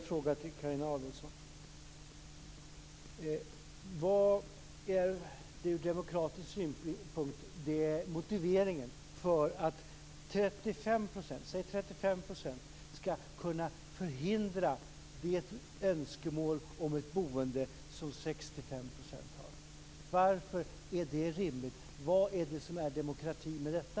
Fru talman! Vad är från demokratisk synpunkt motiveringen till att säg 35 % skall kunna förhindra det önskemål om ett boende som 65 % har? Varför är det rimligt? Vad är det som är demokrati i detta?